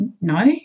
no